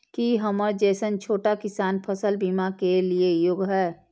की हमर जैसन छोटा किसान फसल बीमा के लिये योग्य हय?